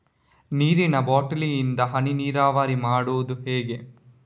ನೀರಿನಾ ಬಾಟ್ಲಿ ಇಂದ ಹನಿ ನೀರಾವರಿ ಮಾಡುದು ಹೇಗೆ?